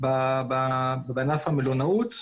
בענף המלונאות,